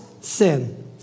sin